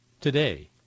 today